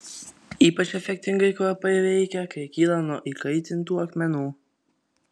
ypač efektingai kvapai veikia kai kyla nuo įkaitintų akmenų